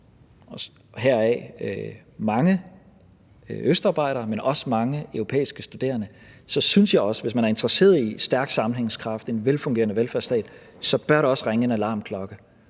heraf mange østarbejdere, men også mange europæiske studerende, så synes jeg også, at der, hvis man er interesseret i en stærk sammenhængskraft og en velfungerende velfærdsstat, bør ringe en alarmklokke.